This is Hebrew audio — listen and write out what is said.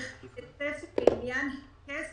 וכן לצפי לעניין היקף